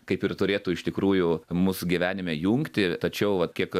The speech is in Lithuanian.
kaip ir turėtų iš tikrųjų mus gyvenime jungti tačiau vat kiek